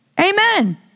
Amen